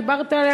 דיברת עליה,